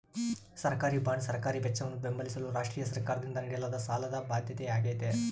ಸರ್ಕಾರಿಬಾಂಡ್ ಸರ್ಕಾರಿ ವೆಚ್ಚವನ್ನು ಬೆಂಬಲಿಸಲು ರಾಷ್ಟ್ರೀಯ ಸರ್ಕಾರದಿಂದ ನೀಡಲಾದ ಸಾಲದ ಬಾಧ್ಯತೆಯಾಗೈತೆ